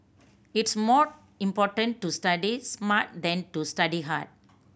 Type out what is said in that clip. it's more important to study smart than to study hard